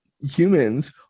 humans